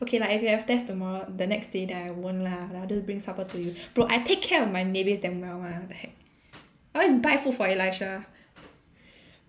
okay lah if you have test tomorrow the next day then I won't lah I'll just bring supper to you bro I take care of my neighbours damn well [one] what the heck I always buy food for Elisha